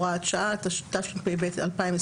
התשפ"ב-2021.